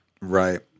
Right